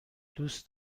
دوست